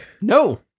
No